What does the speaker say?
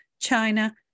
China